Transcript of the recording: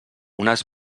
unes